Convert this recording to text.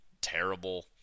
terrible